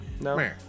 no